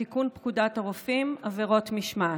הצעת חוק לתיקון פקודת הרופאים (עבירות משמעת),